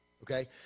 okay